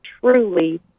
truly